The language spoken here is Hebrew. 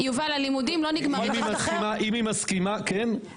אם היא מסכימה כן?